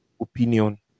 opinion